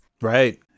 Right